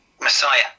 Messiah